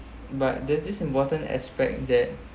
but this is important aspect that